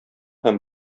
һәм